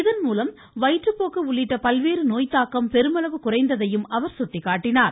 இதன்மூலம் வயிற்றுப்போக்கு உள்ளிட்ட பல்வேறு நோய்த்தாக்கம் பெருமளவு குறைந்ததையும் அவர் சுட்டிக்காட்டினார்